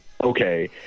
okay